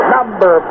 Number